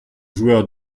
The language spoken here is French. joueurs